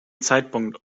zeitpunkt